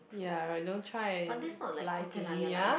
ya don't try and lie to me ah